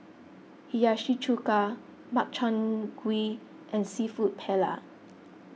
Hiyashi Chuka Makchang Gui and Seafood Paella